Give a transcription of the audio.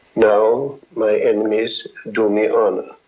now my enemies do me honor.